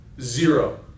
Zero